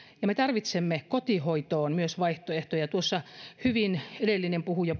ja me tarvitsemme myös kotihoitoon vaihtoehtoja tuossa edellinen puhuja